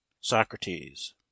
SOCRATES